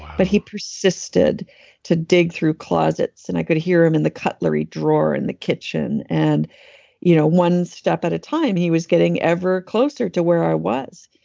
but he persisted to dig through closets. and i could hear him in the cutlery draw in the kitchen. and you know, one step at a time he was getting ever closer to where i was.